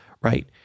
right